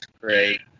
great